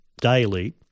daily